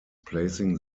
placing